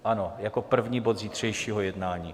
Ano, jako první bod zítřejšího jednání.